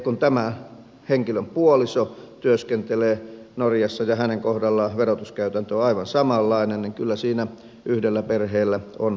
kun tämän henkilön puoliso työskentelee norjassa ja hänen kohdallaan verotuskäytäntö on aivan samanlainen niin kyllä siinä yhdellä perheellä on maksamista